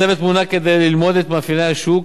הצוות מונה כדי ללמוד את מאפייני השוק